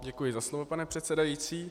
Děkuji za slovo, pane předsedající.